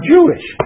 Jewish